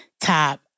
top